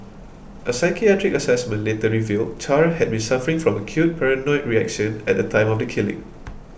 a psychiatric assessment later revealed Char had been suffering from acute paranoid reaction at the time of the killing